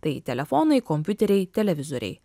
tai telefonai kompiuteriai televizoriai